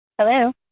Hello